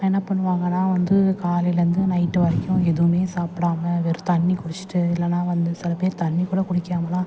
என்ன பண்ணுவாங்கன்னா வந்து காலையிலேருந்து நைட்டு வரைக்கும் எதுவுமே சாப்பிடாம வெறும் தண்ணி குடிச்சுட்டு இல்லைன்னா வந்து சில பேர் தண்ணி கூட குடிக்காமலாம்